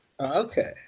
Okay